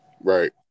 right